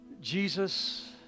Jesus